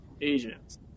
agents